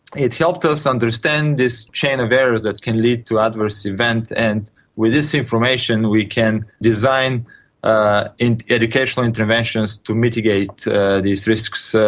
it helped us understand this chain of errors that can lead to adverse events, and with this information we can design ah and educational interventions to mitigate these risks. ah